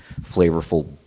flavorful